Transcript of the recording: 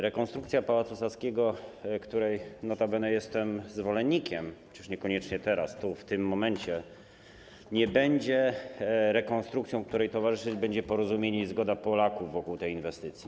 Rekonstrukcja Pałacu Saskiego, której notabene jestem zwolennikiem, chociaż niekoniecznie teraz, tu, w tym momencie, nie będzie rekonstrukcją, której towarzyszyć będzie porozumienie i zgoda Polaków wokół tej inwestycji.